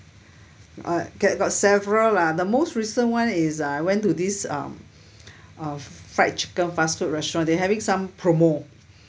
get got several lah the most recent [one] is I went to this um fried chicken fast food restaurant they're having some promo